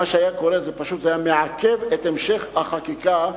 זה פשוט היה מעכב את המשך החקיקה,